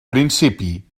principi